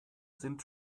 sind